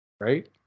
right